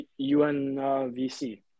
UNVC